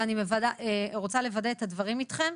ואני רוצה לוודא את הדברים איתכם.